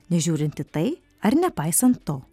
nežiūrint į tai ar nepaisant to